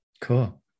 cool